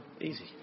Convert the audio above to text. Easy